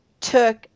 took